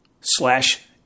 slash